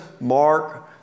Mark